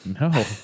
No